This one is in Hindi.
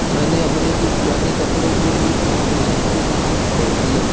मैंने अपने कुछ पुराने कपड़ो को एक फाउंडेशन को दान कर दिया